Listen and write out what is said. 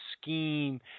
scheme